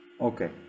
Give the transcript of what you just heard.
okay